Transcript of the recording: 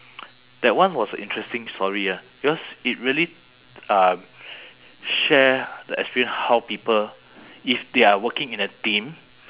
that one was a interesting story ah because it really uh share the experience how people if they are working in a team